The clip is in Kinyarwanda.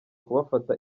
kubafata